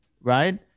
right